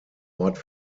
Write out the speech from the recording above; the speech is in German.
ort